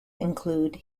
include